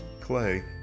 Clay